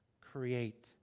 create